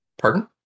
pardon